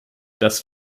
das